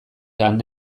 han